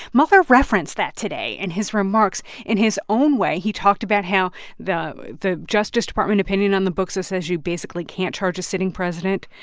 mueller referenced that today in his remarks. in his own way, he talked about how the the justice department opinion on the books says you basically can't charge a sitting president,